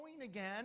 again